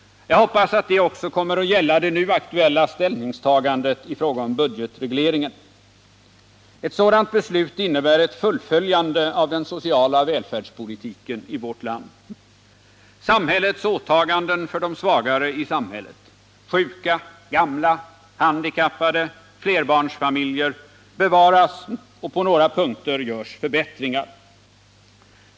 Jag hoppas att det också kommer att gälla det nu aktuella ställningstagandet i fråga om budgetregleringen. Eu sådant beslut innebär ett fullföljande av den sociala välfärdspolitiken i vårt land. Samhällets åtaganden för de svagare i samhället - sjuka, gamla, handikappade, flerbarnsfamiljer — bevaras, och på några punkter görs förbättringar.